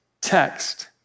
text